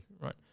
right